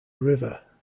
river